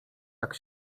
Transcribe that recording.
jak